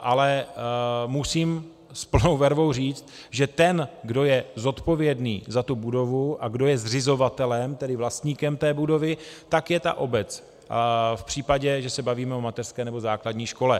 Ale musím s plnou vervou říct, že ten, kdo je zodpovědný za tu budovu a kdo je zřizovatelem, tedy vlastníkem té budovy, je ta obec v případě, že se bavíme o mateřské nebo základní škole.